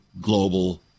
global